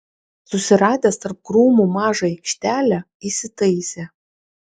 susiradęs tarp krūmų mažą aikštelę įsitaisė